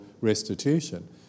restitution